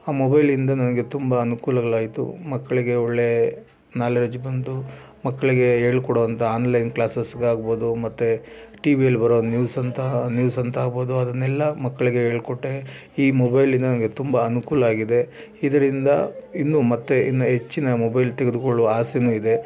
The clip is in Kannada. ಆ ಮೊಬೈಲಿಂದ ನನಗೆ ತುಂಬ ಅನುಕೂಲಗಳಾಯ್ತು ಮಕ್ಕಳಿಗೆ ಒಳ್ಳೆ ನಾಲೆಜ್ ಬಂದು ಮಕ್ಕಳಿಗೆ ಹೇಳ್ಕೊಡೋವಂಥ ಆನ್ಲೈನ್ ಕ್ಲಾಸಸ್ಗಾಗ್ಬೋದು ಮತ್ತು ಟಿವಿಯಲ್ಲಿ ಬರೋ ನ್ಯೂಸ್ ಅಂತಹ ನ್ಯೂಸ್ ಅಂತಾಗ್ಬೋದು ಅದನ್ನೆಲ್ಲ ಮಕ್ಕಳಿಗೆ ಹೇಳ್ಕೊಟ್ಟೆ ಈ ಮೊಬೈಲಿಂದ ನನಗೆ ತುಂಬ ಅನುಕೂಲ ಆಗಿದೆ ಇದರಿಂದ ಇನ್ನೂ ಮತ್ತೆ ಇನ್ನು ಹೆಚ್ಚಿನ ಮೊಬೈಲ್ ತೆಗೆದುಕೊಳ್ಳುವ ಆಸೆಯೂ ಇದೆ